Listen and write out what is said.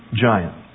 giant